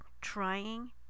trying